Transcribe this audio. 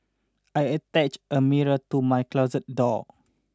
I attached a mirror to my closet door